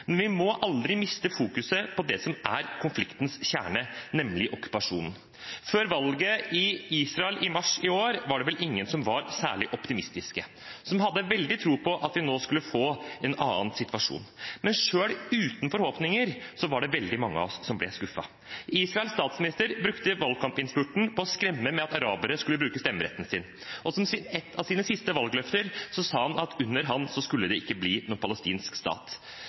men vi må aldri miste fokus på det som er konfliktens kjerne, nemlig okkupasjonen. Før valget i Israel i mars i år var det vel ingen som var særlig optimistiske, som hadde veldig tro på at vi nå skulle få en annen situasjon. Men selv uten forhåpninger var det veldig mange av oss som ble skuffet. Israels statsminister brukte valgkampinnspurten på å skremme med at arabere skulle bruke stemmeretten sin, og som et av sine siste valgløfter sa han at under ham skulle det ikke bli noen palestinsk stat.